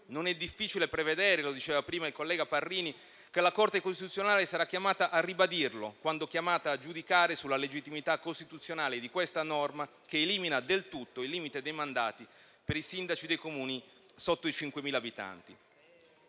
Non è difficile prevedere - lo diceva prima il collega Parrini - che la Corte costituzionale sarà chiamata a ribadirlo quando chiamata a giudicare sulla legittimità costituzionale di questa norma che elimina del tutto il limite dei mandati per i sindaci dei Comuni sotto i 5.000 abitanti.